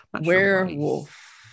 werewolf